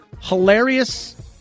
Hilarious